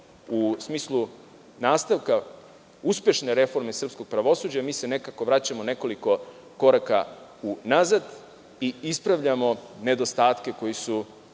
u smislu nastavka uspešne reforme srpskog pravosuđa, mi se nekako vraćamo nekoliko koraka unazad i ispravljamo nedostatke i